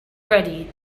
ready